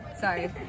Sorry